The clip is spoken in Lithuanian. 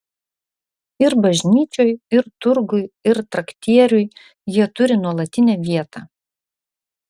ir bažnyčioj ir turguj ir traktieriuj jie turi nuolatinę vietą